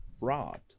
robbed